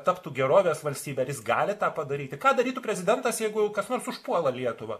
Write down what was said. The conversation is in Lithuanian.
taptų gerovės valstybe ar jis gali tą padaryti ką darytų prezidentas jeigu kas nors užpuola lietuvą